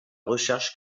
recherche